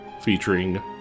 featuring